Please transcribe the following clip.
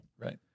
Right